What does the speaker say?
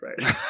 right